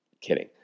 Kidding